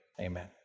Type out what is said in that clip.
Amen